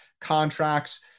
contracts